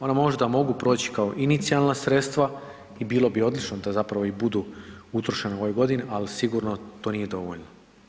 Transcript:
Ona možda mogu proći kao inicijalna sredstva i bilo bi odlično da zapravo i budu utrošena u ovoj godini, ali sigurno to nije dovoljno.